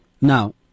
Now